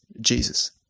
Jesus